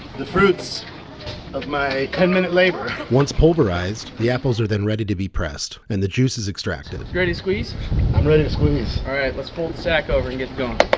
the fruits of my ten minute labor once pulverized the apples are then ready to be pressed and the juice is extracted. ready to squeeze? i'm ready to squeeze. alright let's fold sack over and get going.